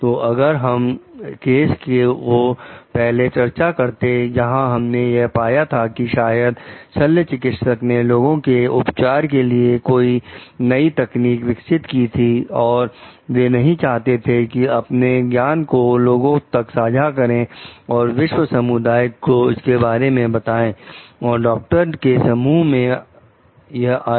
तो अगर हम केस को पहले चर्चा करते जहां हमने यह पाया था कि शायद शल्य चिकित्सक ने लोगों को उपचार के लिए कोई नहीं तकनीक विकसित की थी और वे नहीं चाहते थे कि अपने ज्ञान को लोगों तक साझा करें और विश्व समुदाय को इसके बारे में बताएं और डॉक्टरों के समूह में यह आए